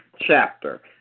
chapter